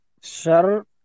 Sir